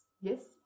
Yes